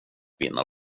vinna